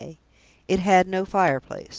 it had no fireplace.